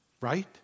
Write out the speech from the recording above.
Right